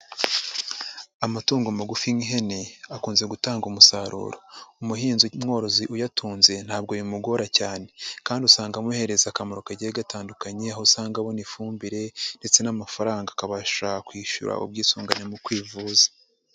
Amatungo magufi nk'ihene akunze gutanga umusaruro, umuhinzi, umworozi uyatunze ntabwo bimugora cyane kandi usanga amuhereza akamaro kagiye gatandukanye, aho usanga abona ifumbire ndetse n'amafaranga akabasha kwishyura ubwisungane mu kwivuza.